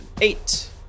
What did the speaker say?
eight